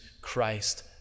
Christ